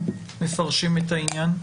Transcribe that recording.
מפרשים את העניין?